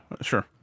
sure